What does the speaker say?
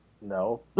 No